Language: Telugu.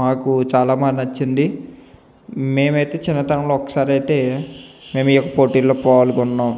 మాకు చాలా బాగా నచ్చింది మేమైతే చిన్నతనంలో ఒకసారి అయితే మేము ఈ యొక్క పోటీల్లో పాల్గొన్నాం